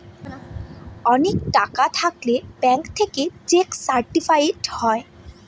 অনেক টাকা থাকলে ব্যাঙ্ক থেকে চেক সার্টিফাইড হয়